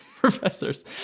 professors